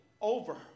over